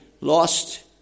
lost